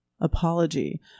apology